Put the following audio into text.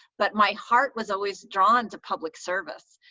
but my heart was always drawn to public service,